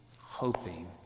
hoping